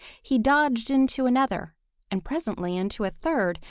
he dodged into another and presently into a third,